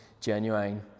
genuine